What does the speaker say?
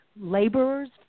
laborers